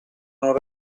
non